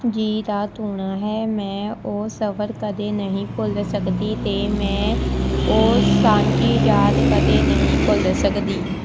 ਜੀ ਦਾ ਧੂਣਾ ਹੈ ਮੈਂ ਉਹ ਸਫਰ ਕਦੇ ਨਹੀਂ ਭੁੱਲ ਸਕਦੀ ਅਤੇ ਮੈਂ ਉਹ ਸਾਂਝੀ ਯਾਦ ਕਦੇ ਨਹੀਂ ਭੁੱਲ ਸਕਦੀ